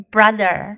Brother